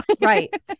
Right